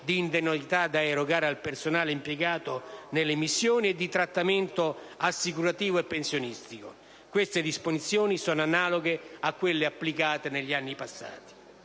di indennità da erogare al personale impiegato nelle missioni e di trattamento assicurativo e pensionistico. Queste disposizioni sono analoghe a quelle applicate negli anni passati.